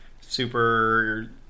super